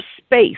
space